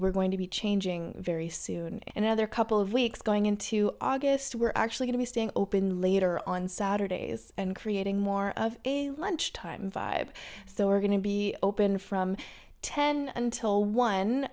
we're going to be changing very soon and another couple of weeks going into august we're actually going to staying open later on saturdays and creating more of a lunchtime vibe so we're going to be open from ten until one